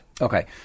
Okay